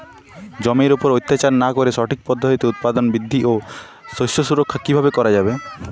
জমির উপর অত্যাচার না করে সঠিক পদ্ধতিতে উৎপাদন বৃদ্ধি ও শস্য সুরক্ষা কীভাবে করা যাবে?